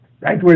right